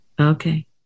Okay